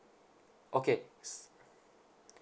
okay